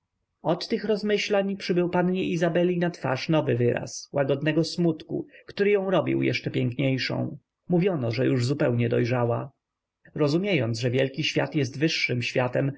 od tych rozmyślań przybył pannie izabeli na twarz nowy wyraz łagodnego smutku który ją robił jeszcze piękniejszą mówiono że już zupełnie dojrzała rozumiejąc że wielki świat jest wyższym światem